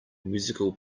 musical